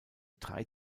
drei